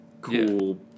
cool